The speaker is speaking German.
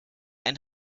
ein